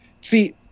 See